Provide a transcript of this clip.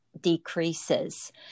decreases